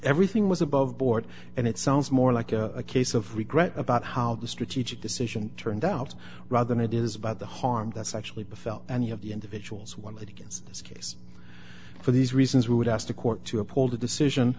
everything was above board and it sounds more like a case of regret about how the strategic decision turned out rather than it is about the harm that's actually befell any of the individuals one of that against this case for these reasons we would ask the court to uphold the decision